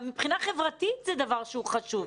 גם מבחינה חברתית זה דבר שהוא חשוב.